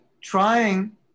trying